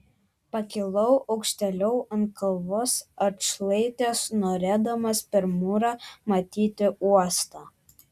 pakilau aukštėliau ant kalvos atšlaitės norėdamas per mūrą matyti uostą